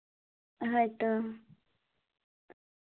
ᱦᱳᱭ ᱛᱚ